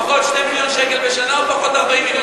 פחות 2 מיליון שקל בשנה או פחות 40 מיליון שקל בשנה?